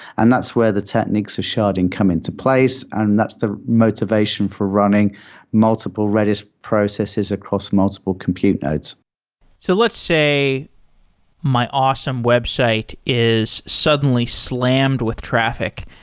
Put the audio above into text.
and that's where the technics of sharding come into place, and that's the motivation for running multiple redis processes across multiple compute nodes so let's say my awesome website is suddenly slammed with traffic,